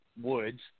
Woods